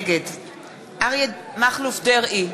נגד אריה מכלוף דרעי,